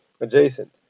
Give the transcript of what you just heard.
adjacent